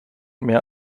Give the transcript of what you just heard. mehr